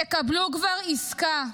תקבלו כבר עסקה.